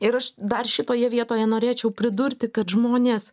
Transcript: ir aš dar šitoje vietoje norėčiau pridurti kad žmonės